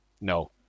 No